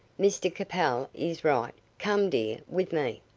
mr capel is right. come, dear, with me.